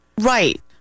Right